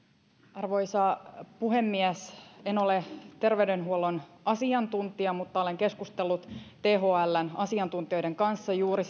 arvoisa puhemies en ole terveydenhuollon asiantuntija mutta olen keskustellut thln asiantuntijoiden kanssa juuri